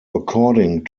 according